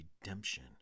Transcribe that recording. redemption